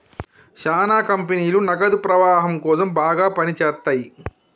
శ్యానా కంపెనీలు నగదు ప్రవాహం కోసం బాగా పని చేత్తయ్యి